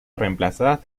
reemplazadas